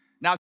Now